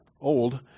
old